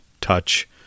touch